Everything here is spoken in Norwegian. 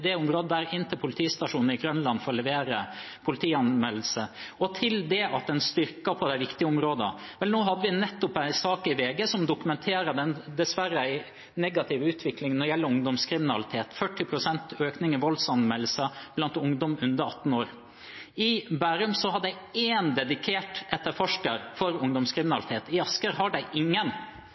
inn til politistasjonen på Grønland for å levere politianmeldelse. Til det at en styrker de viktige områdene: Vi hadde nettopp en sak i VG som dokumenterer en dessverre negativ utvikling når det gjelder ungdomskriminalitet – 40 pst. økning i voldsanmeldelser blant ungdom under 18 år. I Bærum har de én dedikert etterforsker for ungdomskriminalitet, i Asker har de ingen.